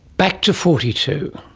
back to forty two.